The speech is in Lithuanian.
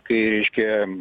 kai reiškia